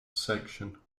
section